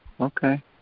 Okay